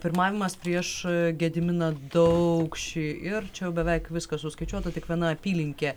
pirmavimas prieš gediminą daukšį ir čia jau beveik viskas suskaičiuota tik viena apylinkė